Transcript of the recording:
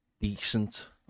decent